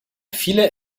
viele